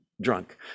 drunk